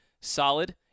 solid